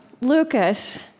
Lucas